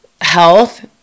health